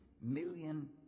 million